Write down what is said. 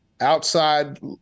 outside